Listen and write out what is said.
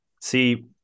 See